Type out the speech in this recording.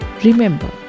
Remember